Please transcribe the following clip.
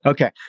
Okay